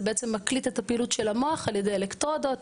זה בעצם מקליט את הפעילות של המוח על-ידי אלקטרודות,